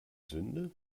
sünde